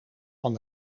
van